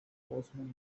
horseman